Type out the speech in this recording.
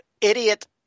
idiot